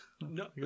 No